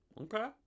Okay